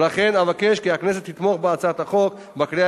ולכן אבקש כי הכנסת תתמוך בהצעת החוק בקריאה